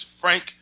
Frank